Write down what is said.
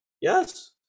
Yes